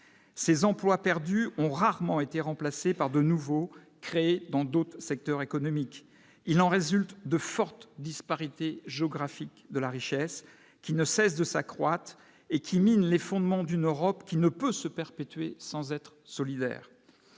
ces emplois perdus ont rarement été remplacés par de nouveaux créés dans d'autres secteurs économiques, il en résulte de fortes disparités géographiques de la richesse qui ne cesse de s'accroître et qui mine les fondements d'une Europe qui ne peut se perpétuer sans être solidaire,